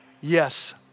Yes